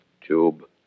tube